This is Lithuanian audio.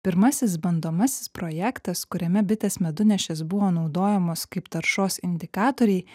pirmasis bandomasis projektas kuriame bitės medunešėz buvo naudojamos kaip taršos indikatoriai